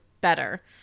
better